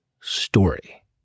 story